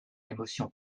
l’émotion